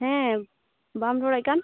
ᱦᱮᱸ ᱵᱟᱢ ᱨᱚᱲᱮᱫ ᱠᱟᱱ